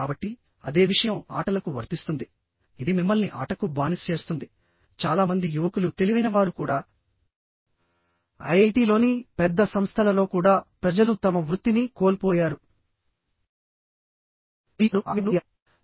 కాబట్టి అదే విషయం ఆటలకు వర్తిస్తుంది ఇది మిమ్మల్ని ఆటకు బానిస చేస్తుంది చాలా మంది యువకులు తెలివైనవారు కూడా ఐఐటీలోని పెద్ద సంస్థలలో కూడా ప్రజలు తమ వృత్తిని కోల్పోయారు మరియు వారు ఆట వ్యసనపరులు అయ్యారు